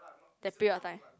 that period of time